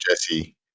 Jesse